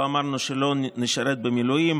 לא אמרנו שלא נשרת במילואים,